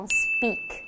speak